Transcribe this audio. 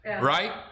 Right